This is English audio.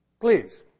Please